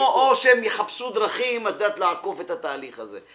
או שהם יחפשו דרכים לעקוף את התהליך הזה.